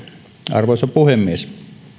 arvoisa puhemies